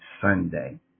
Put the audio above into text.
Sunday